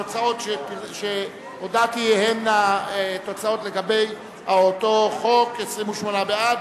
התוצאות שהודעתי הן התוצאות לגבי חוק זה: 28 בעד,